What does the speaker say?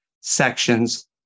sections